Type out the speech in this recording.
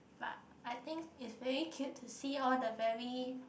but I think is very cute to see all the very